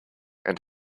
and